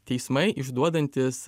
teismai išduodantys